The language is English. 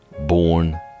Born